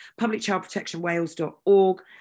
publicchildprotectionwales.org